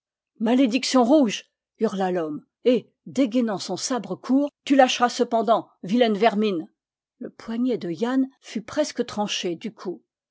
malédiction rouge hurla l'homme et dégainant son sabre court tu lâcheras cependant vilaine vermine le poignet de yann fut presque tranché du coup